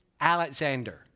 Alexander